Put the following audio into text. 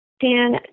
Dan